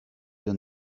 you